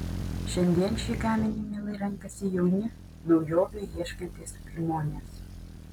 šiandien šį gaminį mielai renkasi jauni naujovių ieškantys žmonės